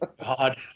God